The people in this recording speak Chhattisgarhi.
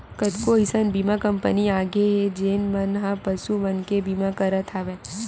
कतको अइसन बीमा कंपनी आगे हे जेन मन ह पसु मन के बीमा करत हवय